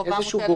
אבל,